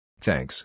Thanks